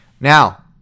Now